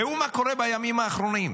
ראו מה קורה בימים האחרונים,